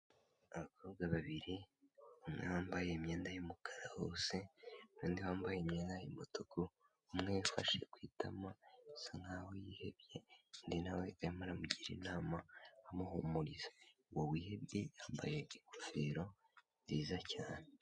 Abakobwa babiri, umwe wambaye imyenda y'umukara hose, n'undi wambaye imyenda y'umutuku, umwe wifashe ku itamo bisa nk'aho yihebye, undi na we arimo aramugira inama amuhumuriza, uwo wihebye yambaye ingofero nziza cyane.